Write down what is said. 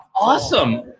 awesome